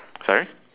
sorry